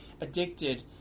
addicted